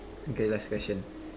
okay last question